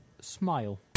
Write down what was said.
Smile